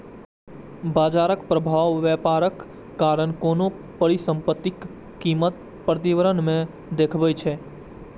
बाजार प्रभाव व्यापारक कारण कोनो परिसंपत्तिक कीमत परिवर्तन मे देखबै छै